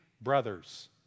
brothers